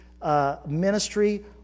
ministry